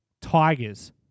Tigers